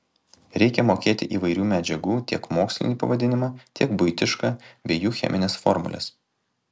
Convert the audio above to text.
reikia mokėti įvairių medžiagų tiek mokslinį pavadinimą tiek buitišką bei jų chemines formules